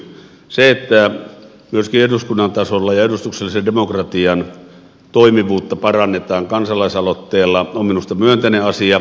se että myöskin eduskunnan tasolla edustuksellisen demokratian toimivuutta parannetaan kansalaisaloitteella on minusta myönteinen asia